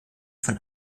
von